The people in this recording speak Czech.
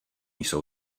jsou